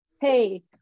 hey